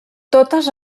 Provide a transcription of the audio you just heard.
totes